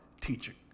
teaching